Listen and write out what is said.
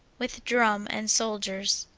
with drum and soldiers.